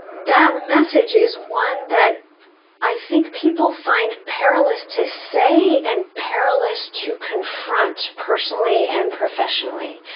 that message is one that i think people find perilous to say and perilous to confront personally and professionally.